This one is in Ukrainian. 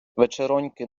вечероньки